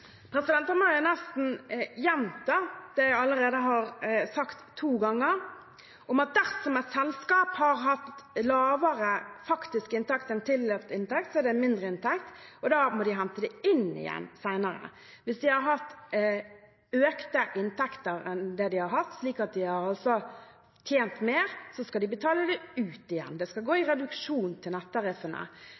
Da må jeg nesten gjenta det jeg allerede har sagt to ganger, at dersom et selskap har hatt lavere faktisk inntekt enn tillatt inntekt, er det mindreinntekt, og da må de hente det inn igjen senere. Hvis de har hatt økte inntekter, slik at de har tjent mer, skal de betale det ut igjen. Det skal gå i reduksjon til nettariffene.